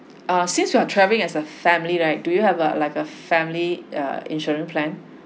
uh since we are travelling as a family right do you have uh like a family err insurance plan